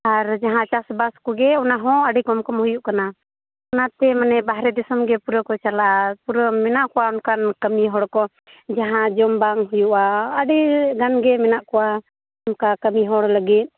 ᱟᱨ ᱡᱟᱦᱟᱸ ᱪᱟᱥ ᱵᱟᱥ ᱠᱚᱜᱮ ᱚᱱᱟ ᱦᱚᱸ ᱟᱹᱰᱤ ᱠᱚᱢ ᱠᱚᱢ ᱦᱩᱭᱩᱜ ᱠᱟᱱᱟ ᱚᱱᱟ ᱛᱮ ᱢᱟᱱᱮ ᱵᱟᱨᱦᱮᱸ ᱫᱤᱥᱚᱢᱜᱮ ᱯᱩᱨᱟᱹ ᱠᱚ ᱪᱟᱞᱟᱜᱼᱟ ᱯᱩᱨᱟᱹ ᱢᱮᱱᱟᱜ ᱠᱚᱣᱟ ᱚᱱᱠᱟᱱ ᱠᱟᱹᱢᱤ ᱦᱚᱲ ᱠᱚ ᱡᱟᱦᱟᱸ ᱡᱚᱢ ᱵᱟᱝ ᱦᱩᱭᱩᱜᱼᱟ ᱟᱹᱰᱤ ᱜᱟᱱᱜᱮ ᱢᱮᱱᱟᱜ ᱠᱚᱣᱟ ᱚᱱᱠᱟ ᱠᱟᱹᱢᱤ ᱦᱚᱲ ᱞᱟᱹᱜᱤᱫ